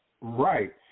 right